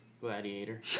Gladiator